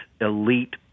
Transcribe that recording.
elite